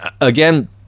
Again